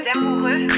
amoureux